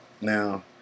Now